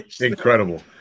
Incredible